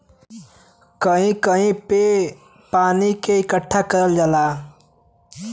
कहीं कहीं पे पानी के इकट्ठा करल जाला